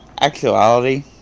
actuality